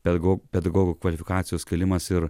pedago pedagogo kvalifikacijos kėlimas ir